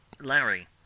Larry